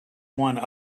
one